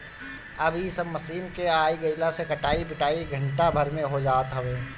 अब इ सब मशीन के आगइला से कटाई पिटाई घंटा भर में हो जात हवे